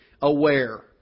aware